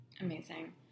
Amazing